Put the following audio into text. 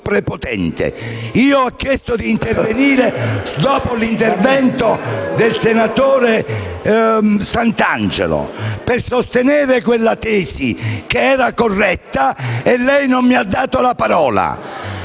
Ho chiesto di intervenire dopo l'intervento del senatore Santangelo per sostenere che quella tesi era corretta e lei non mi ha dato la parola.